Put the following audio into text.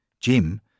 Jim